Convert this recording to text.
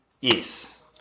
yes